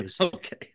Okay